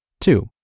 Two